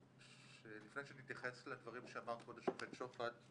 לפני שאתייחס לדברים שאמר כבוד השופט שוחט,